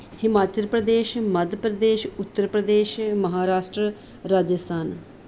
Himachal Pradesh Madhya Pradesh Uttar Pradesh Maharashtra Rajasthan